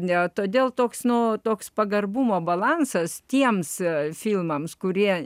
ne todėl toks nu toks pagarbumo balansas tiems filmams kurie